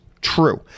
True